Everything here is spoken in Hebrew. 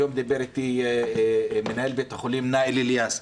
היום דיבר אתי מנהל בית החולים נאיל אליאס,